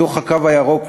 בתוך הקו הירוק,